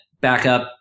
backup